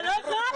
אמר.